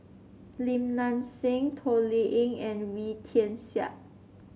Lim Nang Seng Toh Liying and Wee Tian Siak